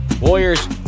Warriors